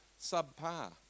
subpar